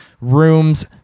rooms